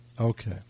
Okay